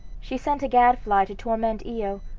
she sent a gadfly to torment io,